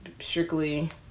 strictly